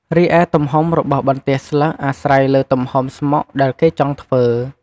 រីឯ ទំហំរបស់បន្ទះស្លឹកអាស្រ័យលើទំហំស្មុកដែលគេចង់ធ្វើ។